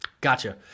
gotcha